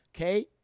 Okay